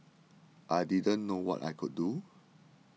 I didn't know what I could do